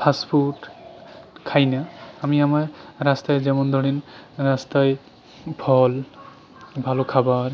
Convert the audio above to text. fast food খাই না আমি আমার রাস্তায় যেমন ধরেন রাস্তায় ফল ভালো খাবার